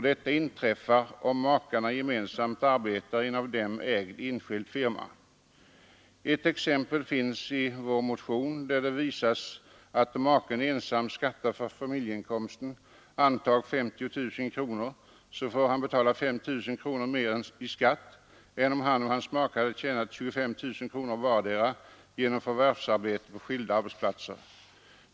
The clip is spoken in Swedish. Detta inträffar, om makarna gemensamt arbetar i en av dem ägd enskild firma. Ett exempel på detta finns i vår motion, där det visas att om maken ensam skattar för familjeinkomsten — antag 50 000 kronor — får han betala 5 000 kronor mer i skatt än om han och hans maka hade tjänat 25 000 vardera genom förvärvsarbete på skilda arbetsplatser.